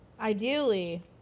Ideally